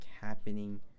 happening